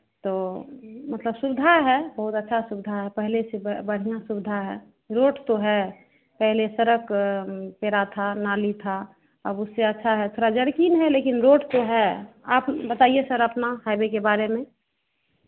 तो मतलब सुविधा है बहुत अच्छा सुविधा है पहले से बढ़ियाँ सुविधा है रोड तो है पहले सड़क पेरा था नाली था अब जरकिंग है लेकिन रोड तो है आप बताइए सर अपना हाइवे के बारे में